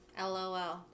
LOL